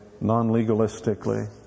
non-legalistically